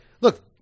look